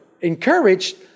encouraged